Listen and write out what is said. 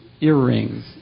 earrings